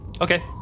Okay